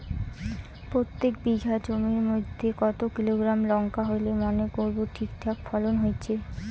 প্রত্যেক বিঘা জমির মইধ্যে কতো কিলোগ্রাম লঙ্কা হইলে মনে করব ঠিকঠাক ফলন হইছে?